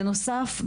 בנוסף,